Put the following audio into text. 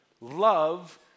love